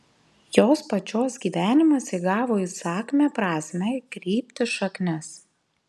jos pačios gyvenimas įgavo įsakmią prasmę kryptį šaknis